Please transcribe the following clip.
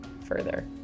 further